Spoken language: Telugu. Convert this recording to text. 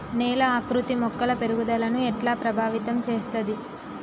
నేల ఆకృతి మొక్కల పెరుగుదలను ఎట్లా ప్రభావితం చేస్తది?